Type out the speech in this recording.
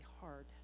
hard